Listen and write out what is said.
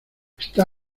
está